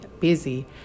busy